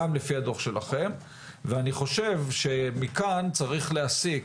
אני חושב שמכאן יש להסיק,